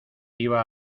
iba